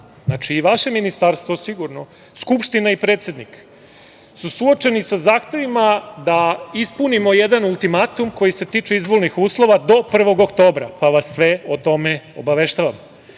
Vlada i vaše Ministarstvo, sigurno, Skupština i predsednik su suočeni sa zahtevima da ispunimo jedan ultimatum koji se tiče izbornih uslova do 1. oktobra, pa vas sve o tome obaveštavam. Znači,